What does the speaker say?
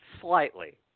slightly